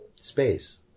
space